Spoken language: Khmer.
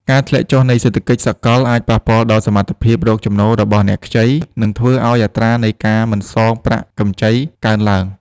ការធ្លាក់ចុះនៃសេដ្ឋកិច្ចសកលអាចប៉ះពាល់ដល់សមត្ថភាពរកចំណូលរបស់អ្នកខ្ចី និងធ្វើឱ្យអត្រានៃការមិនសងប្រាក់កម្ចីកើនឡើង។